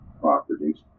properties